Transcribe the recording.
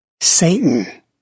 Satan